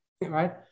right